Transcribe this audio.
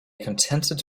contented